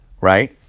right